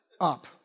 up